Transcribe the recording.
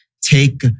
take